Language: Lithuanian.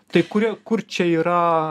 tai kur kur čia yra